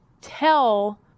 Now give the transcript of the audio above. tell